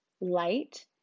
light